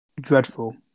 dreadful